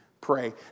pray